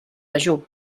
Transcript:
dejú